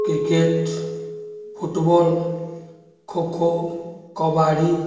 cricket football kho kho kabaddi